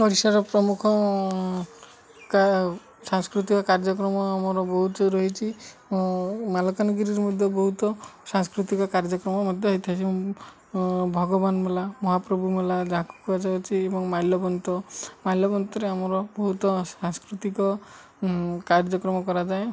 ଓଡ଼ିଶାର ପ୍ରମୁଖ ସାଂସ୍କୃତିକ କାର୍ଯ୍ୟକ୍ରମ ଆମର ବହୁତ ରହିଛି ମାଲକାନଗିରିରେ ମଧ୍ୟ ବହୁତ ସାଂସ୍କୃତିକ କାର୍ଯ୍ୟକ୍ରମ ମଧ୍ୟ ହେଇଥାଏ ଯେ ଭଗବାନ ମେଳା ମହାପ୍ରଭୁ ମେଳା ଯାହାକୁ କୁୁହାଯାଉଛି ଏବଂ ମାଲ୍ୟବନ୍ତ ମାଲ୍ୟବନ୍ତରେ ଆମର ବହୁତ ସାଂସ୍କୃତିକ କାର୍ଯ୍ୟକ୍ରମ କରାଯାଏ